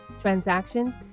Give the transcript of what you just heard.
transactions